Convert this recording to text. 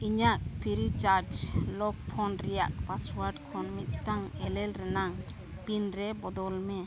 ᱤᱧᱟᱹᱜ Freecharge lock phone ᱨᱮᱱᱟᱜ password ᱠᱷᱚᱱ ᱢᱤᱫᱴᱟᱝ ᱮᱞᱮᱞ ᱨᱮᱱᱟᱜ ᱯᱤᱱ ᱨᱮ ᱵᱚᱫᱚᱞᱢᱮ